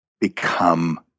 become